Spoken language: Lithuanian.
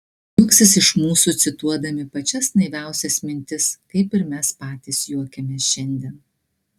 juoksis iš mūsų cituodami pačias naiviausias mintis kaip ir mes patys juokiamės šiandien